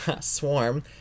swarm